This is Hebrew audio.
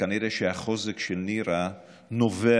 וכנראה שהחוזק של נירה נובע,